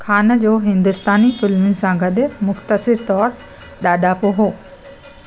ख़ान जो हिंदुस्तानी फ़िल्मुनि सां गॾु मुख़्तसिर तौर ॾाढ़ापो हुयो